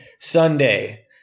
Sunday